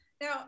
Now